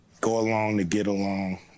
go-along-to-get-along